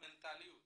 המנטליות